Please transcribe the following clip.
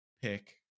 pick